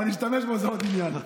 אם אשתמש בו, זה עוד עניין.